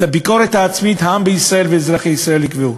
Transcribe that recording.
את הביקורת העצמית העם בישראל ואזרחי ישראל יקבעו.